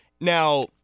now